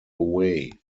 away